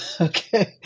Okay